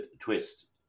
twist